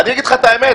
אני אגיד לך את האמת,